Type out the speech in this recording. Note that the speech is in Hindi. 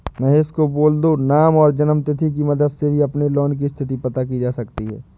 महेश को बोल दो नाम और जन्म तिथि की मदद से भी अपने लोन की स्थति पता की जा सकती है